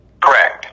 Correct